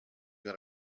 got